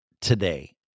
today